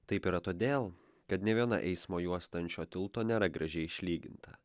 taip yra todėl kad nė viena eismo juosta ant šio tilto nėra gražiai išlyginta